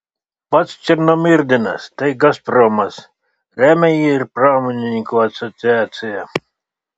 pats černomyrdinas tai gazpromas remia jį ir pramonininkų asociacija